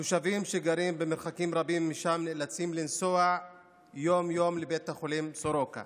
תושבים שגרים במרחק רב משם נאלצים לנסוע יום-יום לבית החולים סורוקה